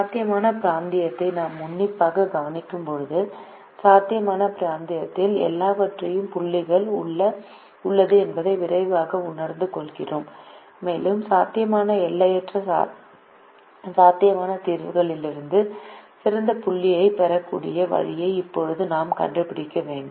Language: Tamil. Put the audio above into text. சாத்தியமான பிராந்தியத்தை நாம் உன்னிப்பாகக் கவனிக்கும்போது சாத்தியமான பிராந்தியத்தில் எல்லையற்ற புள்ளிகள் உள்ளன என்பதை விரைவாக உணர்ந்து கொள்கிறோம் மேலும் சாத்தியமான எல்லையற்ற சாத்தியமான தீர்வுகளிலிருந்து சிறந்த புள்ளியைப் பெறக்கூடிய வழியை இப்போது நாம் கண்டுபிடிக்க வேண்டும்